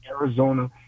Arizona